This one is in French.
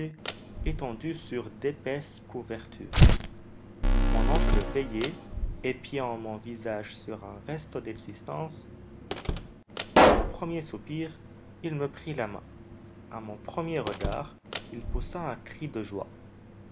étendu sur d'épaisses couvertures mon oncle veillait épiant sur mon visage un reste d'existence a mon premier soupir il me prit la main à mon premier regard il poussa un cri de joie